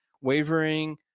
wavering